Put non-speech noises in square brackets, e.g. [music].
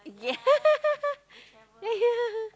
yeah [laughs] yeah yeah